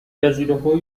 جزیرههای